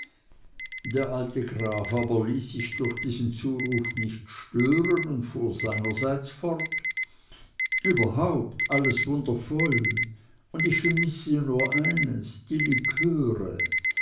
der alte graf aber ließ sich durch diesen zuruf nicht stören und fuhr seinerseits fort überhaupt alles wundervoll und ich vermisse nur eins